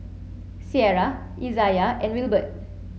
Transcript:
Sierra Izayah and Wilbert